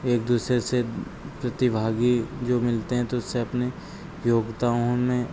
एक दूसरे से प्रतिभागी जो मिलते हैं तो उससे अपनी योग्ताओं में